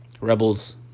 rebels